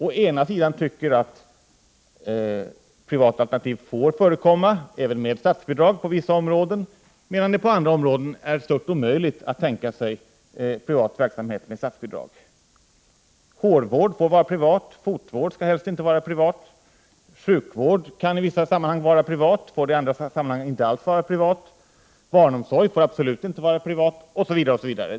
Å ena sidan tycker man att privat verksamhet skall få förekomma, även med statsbidrag till vissa områden. Men å andra sidan är det på andra områden stört omöjligt att tänka sig privat verksamhet med statsbidrag. Hårvård får vara privat, fotvård skall helst inte vara privat, sjukvård kan i vissa sammanhang vara privat och i andra sammanhang inte alls vara privat, barnomsorgen får absolut inte vara privat, osv.